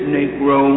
Negro